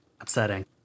Upsetting